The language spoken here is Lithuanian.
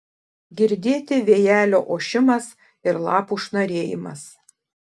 girdėti vėjelio ošimas ir lapų šnarėjimas